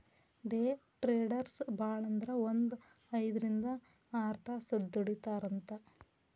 ಡೆ traders ಭಾಳಂದ್ರ ಒಂದ್ ಐದ್ರಿಂದ್ ಆರ್ತಾಸ್ ದುಡಿತಾರಂತ್